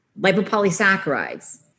lipopolysaccharides